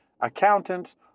accountants